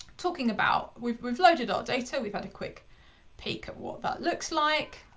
talking about we've we've loaded our data, we've had a quick peek at what that looks like.